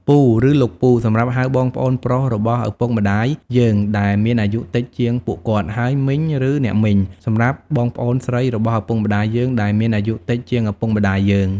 ពូ ឬលោកពូ សម្រាប់ហៅបងប្អូនប្រុសរបស់ឪពុកម្ដាយយើងដែលមានអាយុតិចជាងពួកគាត់ ហើយ មីង ឬអ្នកមីង សម្រាប់បងប្អូនស្រីរបស់ឪពុកម្ដាយយើងដែលមានអាយុតិចជាងឪពុកម្តាយយើង។